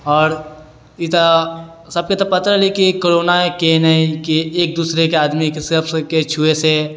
आओर ई तऽ सबके तऽ पते रहलै कि कोरोना केहन हइ कि एक दोसरेके आदमीके छुएसँ